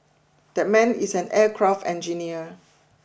that man is an aircraft engineer